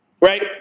Right